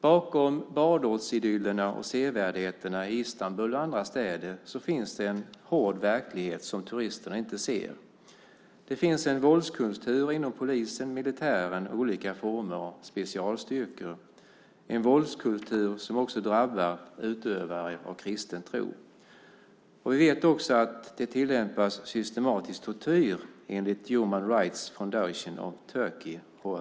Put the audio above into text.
Bakom badortsidyllerna och sevärdheterna i Istanbul och andra städer finns det en hård verklighet som turisterna inte ser. Det finns en våldskultur inom polisen, militären och olika former av specialstyrkor, en våldskultur som också drabbar utövare av kristen tro. Vi vet också att det tillämpas systematisk tortyr, enligt Human Rights Foundation of Turkey, HRFT.